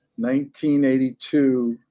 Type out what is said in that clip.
1982